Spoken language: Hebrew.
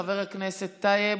חבר הכנסת טייב,